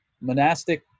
monastic